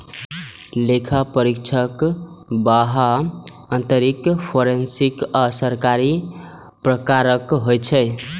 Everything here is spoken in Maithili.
लेखा परीक्षक बाह्य, आंतरिक, फोरेंसिक आ सरकारी प्रकारक होइ छै